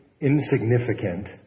insignificant